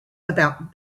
about